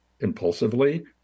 impulsively